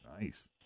Nice